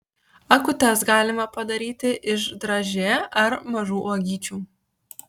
akutes galima padaryti iš dražė ar mažų uogyčių